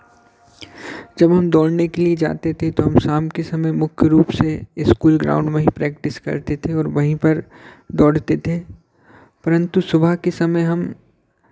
जब हम दौड़ने के लिए जाते थे तो हम शाम के समय मुख्य रूप से स्कूल ग्राउंड में ही प्रैक्टिस करते थे और वहीं पर दौड़ते थे परन्तु सुबह के समय हम